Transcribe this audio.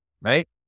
right